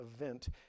event